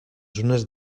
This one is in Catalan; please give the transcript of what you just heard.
zones